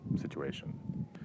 situation